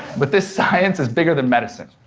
but this science is bigger than medicine.